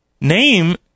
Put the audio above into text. Name